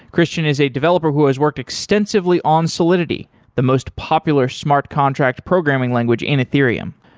christian is a developer who has worked extensively on solidity the most popular smart contract programming language in ethereum.